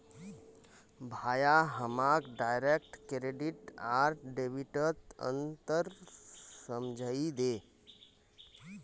भाया हमाक direct credit आर डेबिटत अंतर समझइ दे